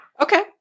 Okay